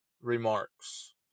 remarks